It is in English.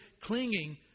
clinging